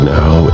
now